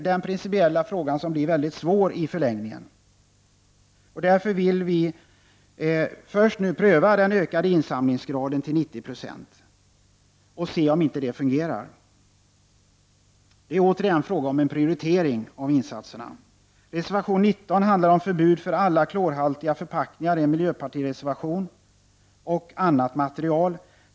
Den principiella frågan blir i förlängningen mycket svår. Därför vill vi först pröva den till 90 26 ökade insamlingsgraden och se om inte det fungerar. Det är återigen fråga om en prioritering av insatserna. Reservation 19 handlar om förbud för alla klorhaltiga förpackningar. Det är en miljöpartireservation.